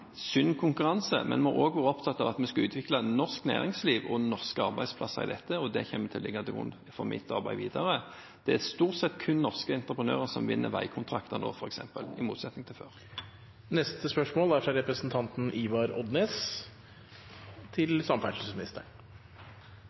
sunn konkurranse, men vi har også vært opptatt av at vi skal utvikle norsk næringsliv og norske arbeidsplasser her, og det kommer til å ligge til grunn for mitt arbeid videre. Det er f.eks. stort sett kun norske entreprenører som vinner veikontrakter nå, i motsetning til før.